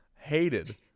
Hated